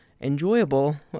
enjoyable